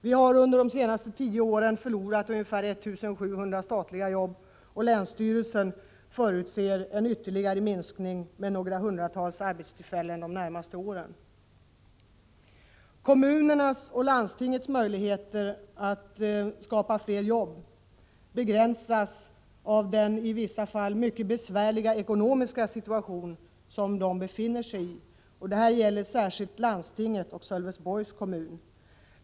Vi har under de senaste tio åren förlorat ca 1 700 statliga jobb, och länsstyrelsen förutser en ytterligare minskning med några hundratal arbetstillfällen under de närmaste åren. Kommunernas och landstingets möjligheter att skapa fler jobb begränsas av den ii vissa fall mycket besvärliga ekonomiska situation som de befinner sig i. Särskilt besvärligt är det för landstinget och för Sölvesborgs kommun.